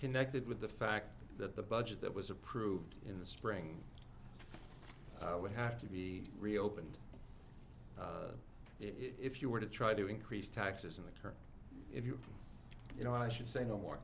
connected with the fact that the budget that was approved in the spring would have to be reopened if you were to try to increase taxes in the current if you you know i should say no more